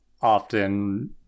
often